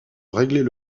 régler